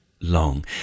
Long